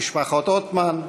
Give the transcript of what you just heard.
משפחת עותמאן,